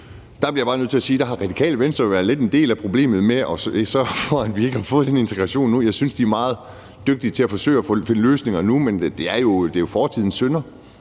Der bliver jeg bare nødt til at sige, at Radikale Venstre jo har været lidt en del af problemet ved at sørge for, at vi endnu ikke har fået den integration. Jeg synes, de er meget dygtige til at forsøge at finde løsninger nu, men der er jo tale om fortidens synder.